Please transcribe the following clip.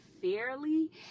fairly